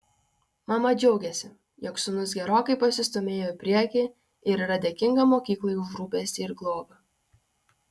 mama džiaugiasi jog sūnus gerokai pasistūmėjo į priekį ir yra dėkinga mokyklai už rūpestį ir globą